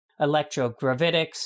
electrogravitics